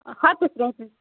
ہَتَس رۄپیَس